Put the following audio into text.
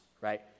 right